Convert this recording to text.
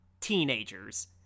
teenagers